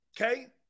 Okay